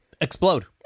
Explode